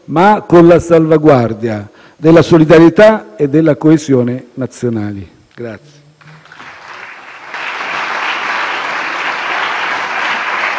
ma con la salvaguardia della solidarietà e della coesione nazionali.